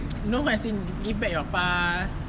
no as in give back your pass